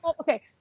Okay